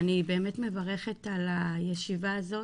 באמת מברכת על הישיבה הזאת,